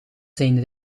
zijn